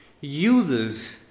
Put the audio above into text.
uses